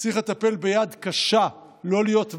צריך לנהוג ביד קשה ולא להיות ותרן,